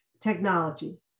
technology